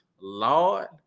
lord